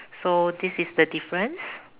so this is the difference